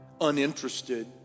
uninterested